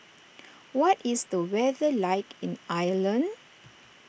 what is the weather like in Ireland